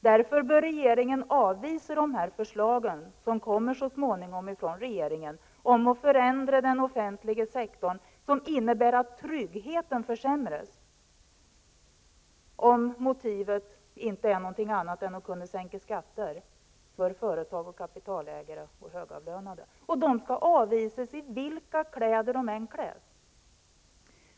Därför bör riksdagen avvisa de förslag som så småningom kommer från regeringen om att förändra den offentliga sektorn på ett sätt som innebär att tryggheten försämras, om motivet inte är något annat än att sänka skatter för företag, kapitalägare och högavlönade. Dessa förslag skall avvisas oavsett i vilka kläder de än kläs.